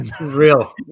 Real